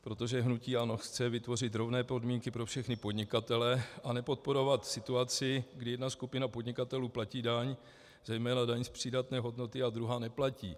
Protože hnutí ANO chce vytvořit rovné podmínky pro všechny podnikatele a nepodporovat situaci, kdy jedna skupina podnikatelů platí daň, zejména daň z přidané hodnoty, a druhá neplatí.